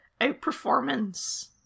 outperformance